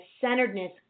centeredness